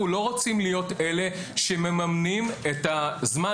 אנחנו לא רוצים להיות אלה שמממנים את הזמן